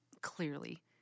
clearly